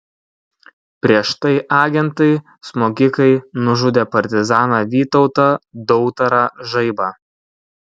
prieš tai agentai smogikai nužudė partizaną vytautą dautarą žaibą